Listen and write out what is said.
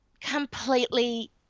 completely